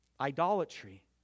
idolatry